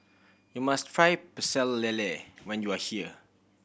you must try Pecel Lele when you are here